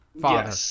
father